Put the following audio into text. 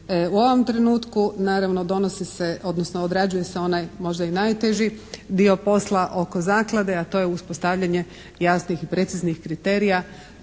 U ovom trenutku naravno donosi se odnosno odrađuje se onaj možda i najteži dio posla oko zaklade a to je uspostavljanje jasnih, preciznih kriterija